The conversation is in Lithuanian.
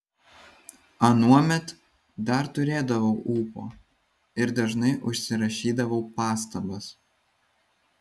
anuomet dar turėdavau ūpo ir dažnai užsirašydavau pastabas